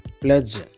Pledge